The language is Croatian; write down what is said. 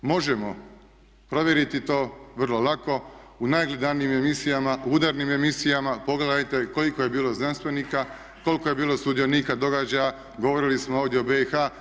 Možemo provjeriti to vrlo lako u najgledanijim emisijama, u udarnim emisijama pogledajte koliko je bilo znanstvenika, koliko je bilo sudionika događaja, govorili smo ovdje o BiH.